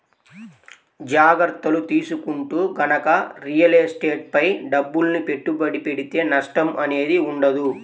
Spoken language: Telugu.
జాగర్తలు తీసుకుంటూ గనక రియల్ ఎస్టేట్ పై డబ్బుల్ని పెట్టుబడి పెడితే నష్టం అనేది ఉండదు